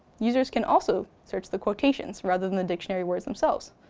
users can also search the quotations rather than the dictionary words themselves.